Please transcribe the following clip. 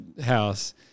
house